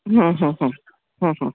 હં હં હં હં